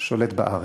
שולט בארץ,